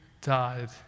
died